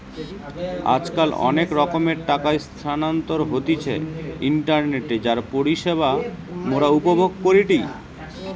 আজকাল অনেক রকমের টাকা স্থানান্তর হতিছে ইন্টারনেটে যার পরিষেবা মোরা উপভোগ করিটি